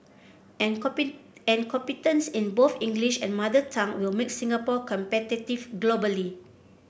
and competence in both English and mother tongue will make Singapore competitive globally